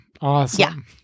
Awesome